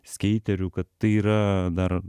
skeiterių kad tai yra dar